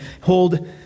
hold